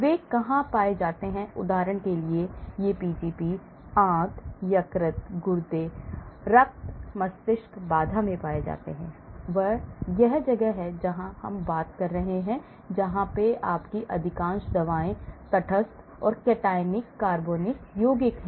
वे कहाँ पाए जाते हैं उदाहरण के लिए ये Pgps आंत यकृत गुर्दे रक्त मस्तिष्क बाधा में पाए जाते हैं यह वह जगह है जहां हम बात कर रहे हैं आपकी अधिकांश दवाइयाँ तटस्थ और cationic कार्बनिक यौगिक हैं